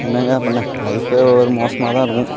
என்னங்க பண்ண லைஃப்பே ஒரு மோசமாக தான் இருக்கும்